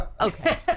Okay